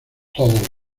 todos